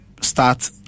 start